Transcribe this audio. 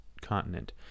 continent